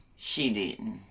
she didn't.